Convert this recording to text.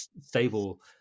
stable